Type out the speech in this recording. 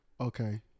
Okay